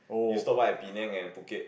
you stop by at Penang and Phuket